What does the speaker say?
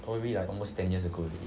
probably like almost ten years ago already